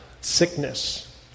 sickness